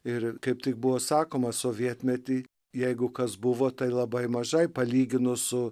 ir kaip tai buvo sakoma sovietmetį jeigu kas buvo tai labai mažai palyginus su